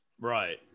Right